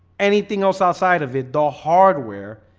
anything else outside of it the hardware